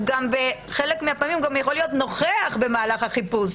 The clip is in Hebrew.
הוא גם בחלק מהפעמים גם יכול להיות נוכח במהלך החיפוש,